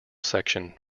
section